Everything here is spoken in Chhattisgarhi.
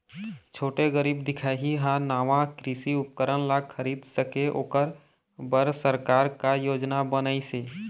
छोटे गरीब दिखाही हा नावा कृषि उपकरण ला खरीद सके ओकर बर सरकार का योजना बनाइसे?